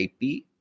IP